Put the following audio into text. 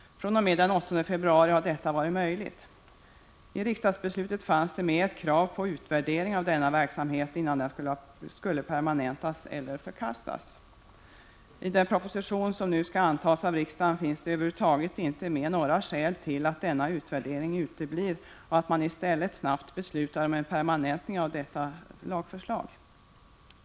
fr.o.m. den 8 februari har detta varit möjligt. I riksdagsbeslutet fanns ett krav på utvärdering av denna verksamhet innan den skulle permanentas eller förkastas. I den proposition som nu skall antas av riksdagen anges över huvud taget inte några skäl till att denna utvärdering uteblir och att man i stället snabbt beslutar om en permanentning av detta lagförslag.